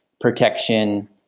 protection